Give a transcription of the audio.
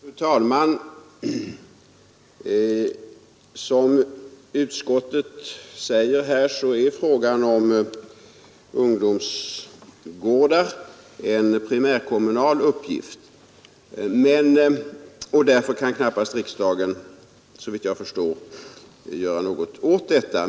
Fru talman! Som utskottet säger är frågan om ungdomsgårdar en primärkommunal uppgift, och därför kan knappast riksdagen, såvitt jag förstår, göra något åt detta.